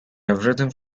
everything